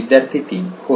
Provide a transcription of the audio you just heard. विद्यार्थी 3 होय